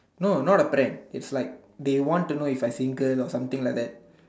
no not a prank it's like they want to know if I'm single or something like that